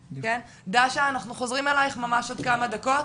דאשה אנחנו חוזרים אלייך עוד כמה דקות.